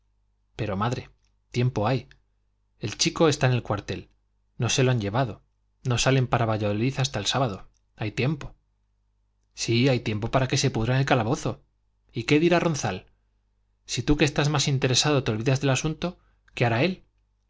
pero madre tiempo hay el chico está en el cuartel no se los han llevado no salen para valladolid hasta el sábado hay tiempo sí hay tiempo para que se pudra en el calabozo y qué dirá ronzal si tú que estás más interesado te olvidas del asunto qué hará él